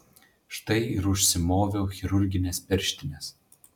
štai ir užsimoviau chirurgines pirštines